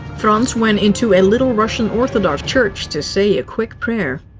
frans went into a little russian orthodox church to say a quick prayer.